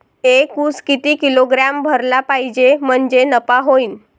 एक उस किती किलोग्रॅम भरला पाहिजे म्हणजे नफा होईन?